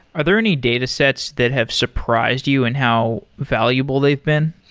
are there any datasets that have surprised you in how valuable they've been?